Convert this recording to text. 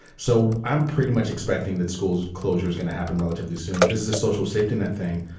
so i'm pretty much expecting that schools closure is going to happen relatively soon. this is a social safety net thing.